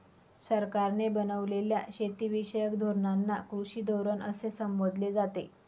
सरकारने बनवलेल्या शेतीविषयक धोरणांना कृषी धोरण असे संबोधले जाते